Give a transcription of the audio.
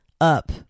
up